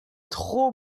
trop